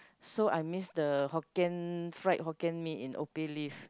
so I miss the hokkien fried Hokkien-Mee in Opeh leaf